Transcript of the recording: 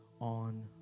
on